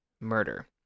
murder